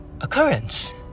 occurrence